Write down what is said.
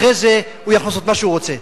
אחרי זה הוא יכול לעשות מה שהוא רוצה.